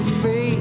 free